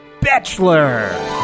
Bachelor